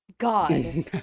God